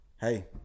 Hey